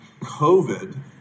COVID